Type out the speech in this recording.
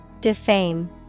Defame